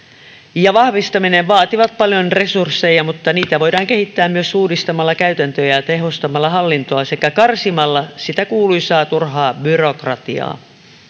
ja vahvistaminen vaativat paljon resursseja mutta niitä voidaan kehittää myös uudistamalla käytäntöjä ja tehostamalla hallintoa sekä karsimalla sitä kuuluisaa turhaa byrokratiaa